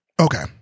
Okay